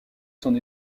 son